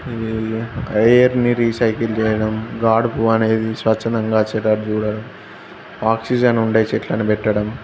ఎయిర్ని recycle చేయడం గాడుపు అనేది స్వచ్ఛందంగా వచ్చేలా చూడడం ఆక్సిజన్ ఉండే చెట్లను పెట్టడం